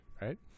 right